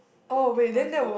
two three months ago